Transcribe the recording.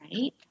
right